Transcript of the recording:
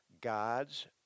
God's